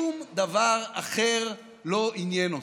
שום דבר אחר לא עניין אותם.